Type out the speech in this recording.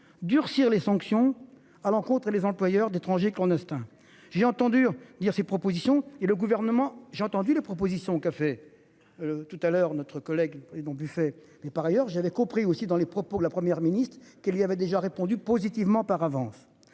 durcir les sanctions à l'encontre et les employeurs d'étrangers qu'on Stains. J'ai entendu dire ces propositions et le gouvernement. J'ai entendu les propositions qu'a fait. Tout à l'heure notre collègue et non. Mais par ailleurs je l'ai compris aussi dans les propos que la Première ministre, qu'il y avait déjà répondu positivement par avance